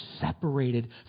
separated